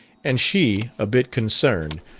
and she, a bit concerned,